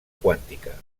quàntica